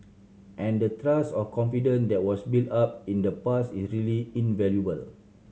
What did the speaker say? and the trust or confident that was built up in the past is really invaluable